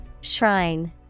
Shrine